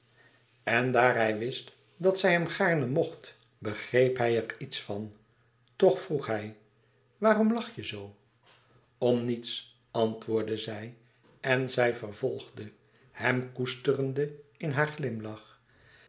en daar hij wist dat zij hem gaarne mocht begreep hij er iets van toch vroeg hij waarom lach je zoo om niets antwoordde zij en zij vervolgde hem koesterende in haar glimlach